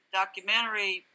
documentary